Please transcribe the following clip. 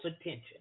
attention